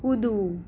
કૂદવું